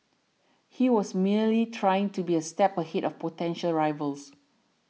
he was merely trying to be a step ahead of potential rivals